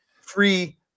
free